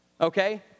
Okay